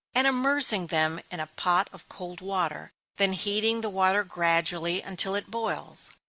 and immersing them in a pot of cold water, then heating the water gradually, until it boils.